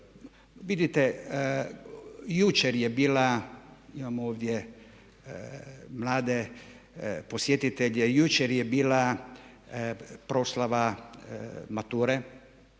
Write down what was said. Vidite jučer je bila, imamo ovdje mlade posjetitelje, jučer je bila proslava mature,